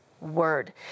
word